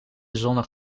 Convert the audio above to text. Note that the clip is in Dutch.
zondag